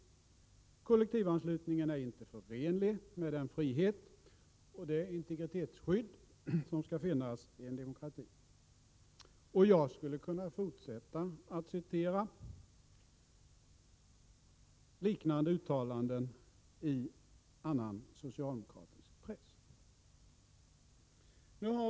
Kollektivanslutningen är inte förenlig med den frihet och det integritetsskydd som skall finnas i en demokrati. Jag skulle kunna fortsätta att citera liknande uttalanden ur annan socialdemokratisk press.